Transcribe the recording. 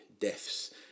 deaths